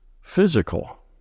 physical